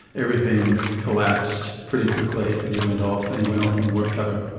everything collapsed pretty quickly and he went off, and he went off on workcover.